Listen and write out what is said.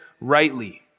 rightly